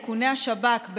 איכוני השב"כ,